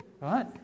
right